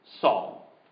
Saul